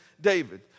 David